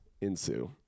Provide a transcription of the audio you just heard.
ensue